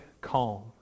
calm